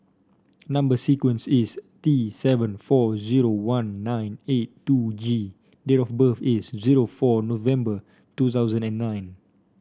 number sequence is T seven four zero one nine eight two G date of birth is zero four November two thousand and nine